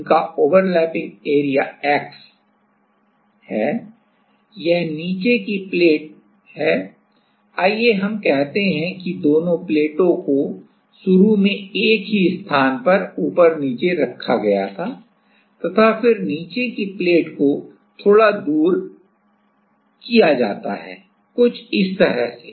उनका overlapping area x है यह नीचे की प्लेट है आइए हम कहते हैं कि दोनों प्लेटों को शुरू में एक ही स्थान पर ऊपर नीचे रखा गया था तथा फिर नीचे की प्लेट को थोड़ा दूर किया जाता है कुछ इस तरह से